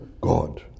God